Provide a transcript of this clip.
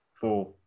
four